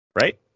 Right